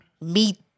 Meet